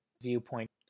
viewpoint